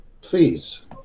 Please